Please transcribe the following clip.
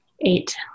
Eight